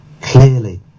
clearly